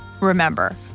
Remember